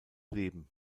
leben